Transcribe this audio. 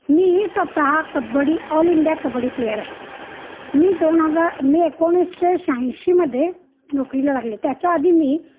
मी ही स्वतः kabaddi all India kabaddi player आहे मी दोन हजार मे एकोणीसशे शह्याऐंशीमध्ये नोकरीला लागले त्याच्याआधी मी